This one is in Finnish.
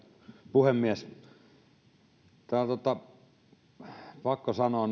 puhemies tämä on pakko sanoa